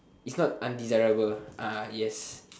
is not undesirable yes